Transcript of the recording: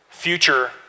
future